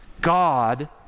God